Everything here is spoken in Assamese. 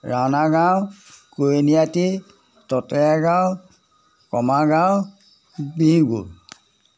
ৰাউনাগাওঁ কইনিআটী ততেয়াগাঁও কমাৰগাওঁ